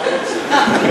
מה אתם רוצים?